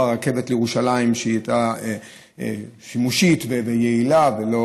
של רכבת לירושלים שהיה שימושי ויעיל ולא